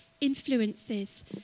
influences